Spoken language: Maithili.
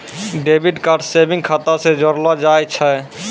डेबिट कार्ड सेविंग्स खाता से जोड़लो जाय छै